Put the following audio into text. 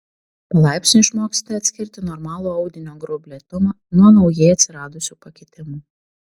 palaipsniui išmoksite atskirti normalų audinio gruoblėtumą nuo naujai atsiradusių pakitimų